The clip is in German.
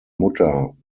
mutter